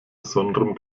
besonderem